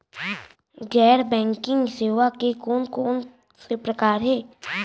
गैर बैंकिंग सेवा के कोन कोन से प्रकार हे?